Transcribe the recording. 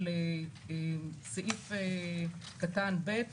סעיף קטן (ב).